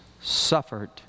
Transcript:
suffered